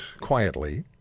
quietly